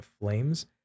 flames